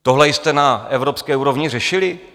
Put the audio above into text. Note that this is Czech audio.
Tohle jste na evropské úrovni řešili?